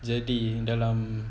jadi dalam